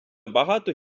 багато